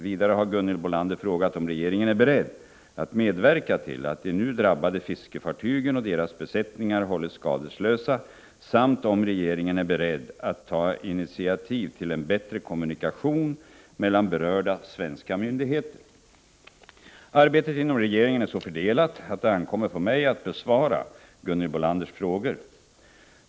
Vidare har Gunhild Bolander frågat om regeringen är beredd att medverka till att de nu drabbade fiskefartygen och deras besättningar hålles skadeslösa samt om regeringen är beredd att ta initiativ till en bättre kommunikation mellan berörda svenska myndigheter. Arbetet inom regeringen är så fördelat att det ankommer på mig att besvara Gunhild Bolanders frågor.